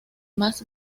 más